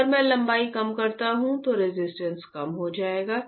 अगर मैं लंबाई कम करता हूं तो रेजिस्टेंस कम हो जाएगा